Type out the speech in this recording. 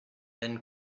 then